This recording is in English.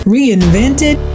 Reinvented